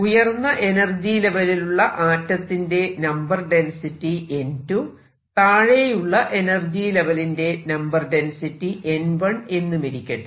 ഉയർന്ന എനർജി ലെവെലിലുള്ള ആറ്റത്തിന്റെ നമ്പർ ഡെൻസിറ്റി n2 താഴെയുള്ള എനർജി ലെവലിന്റെ നമ്പർ ഡെൻസിറ്റി n1 എന്നുമിരിക്കട്ടെ